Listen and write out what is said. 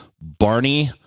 Barney